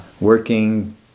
working